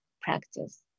practice